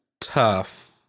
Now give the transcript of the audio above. tough